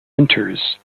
enters